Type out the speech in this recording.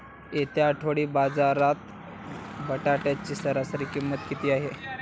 येत्या आठवडी बाजारात बटाट्याची सरासरी किंमत किती आहे?